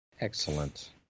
Excellent